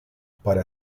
para